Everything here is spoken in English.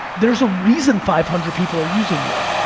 there's a reason five hundred people are using you.